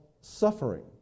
Suffering